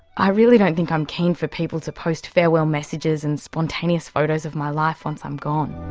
i really don't think i'm keen for people to post farewell messages and spontaneous photos of my life once i'm gone.